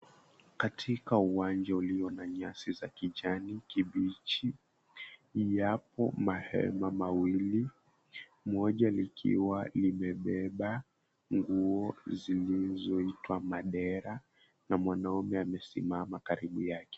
Katika uwanja ulio na nyasi za kijani kibichi, yapo mahema mawili, moja likiwa limebeba nguo zilizoitwa madera na mwanaume amesimama karibu yake.